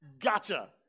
Gotcha